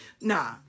Nah